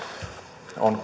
on